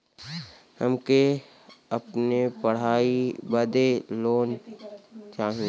हमके अपने पढ़ाई बदे लोन लो चाही?